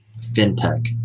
fintech